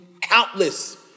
countless